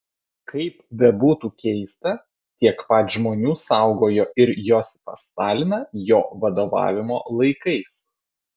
kaip bebūtų keista tiek pat žmonių saugojo ir josifą staliną jo vadovavimo laikais